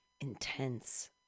intense